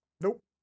Nope